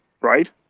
right